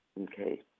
Okay